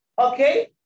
Okay